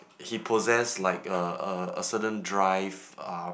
he possess like a a a certain drive um